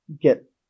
get